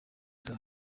zabo